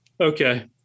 Okay